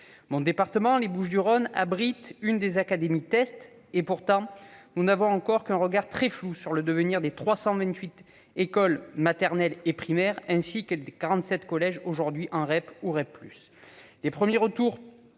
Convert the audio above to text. Mon département, les Bouches-du-Rhône, abrite une des académies tests. Pourtant, nous n'avons encore qu'un regard très flou sur le devenir des 328 écoles maternelles et primaires, ainsi que des 47 collèges aujourd'hui en REP ou en REP+.